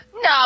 No